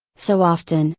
so often,